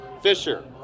Fisher